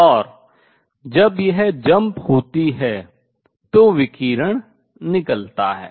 और जब यह jump छलांग होती है तो विकिरण निकलता है